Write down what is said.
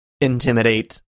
Intimidate